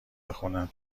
بخونم